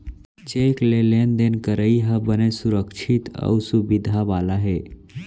cheque ले लेन देन करई ह बने सुरक्छित अउ सुबिधा वाला हे